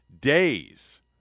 days